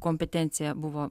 kompetencija buvo